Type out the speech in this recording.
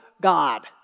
God